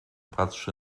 patrzy